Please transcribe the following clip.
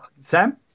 Sam